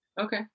Okay